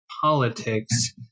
politics